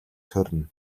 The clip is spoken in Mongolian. төрнө